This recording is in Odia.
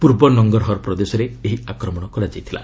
ପୂର୍ବ ନଙ୍ଗରହର ପ୍ରଦେଶରେ ଏହି ଆକ୍ରମଣ କରାଯାଇଥିଲା